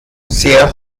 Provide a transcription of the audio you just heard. sehr